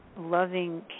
loving